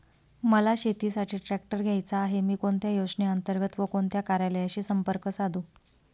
मला शेतीसाठी ट्रॅक्टर घ्यायचा आहे, मी कोणत्या योजने अंतर्गत व कोणत्या कार्यालयाशी संपर्क साधू?